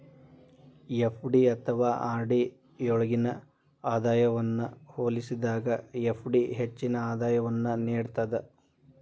FD ಅಥವಾ RD ಯೊಳ್ಗಿನ ಆದಾಯವನ್ನ ಹೋಲಿಸಿದಾಗ ಎಫ್.ಡಿ ಹೆಚ್ಚಿನ ಆದಾಯವನ್ನು ನೇಡ್ತದ